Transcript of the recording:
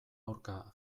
aurka